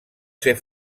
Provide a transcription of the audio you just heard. ser